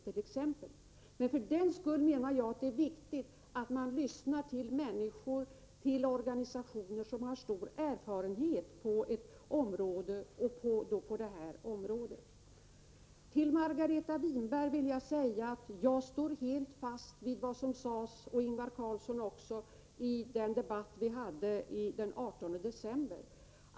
Ändå menar jag alltså att det är viktigt att lyssna till människor och organisationer som har stor erfarenhet på det här området. Till Margareta Winberg vill jag säga att jag står helt fast vid också vad som sades av Ingvar Carlsson i den debatt som vi hade den 18 december.